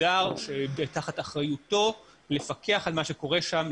מסודר שתחת אחריותו לפקח על מה שקורה שם,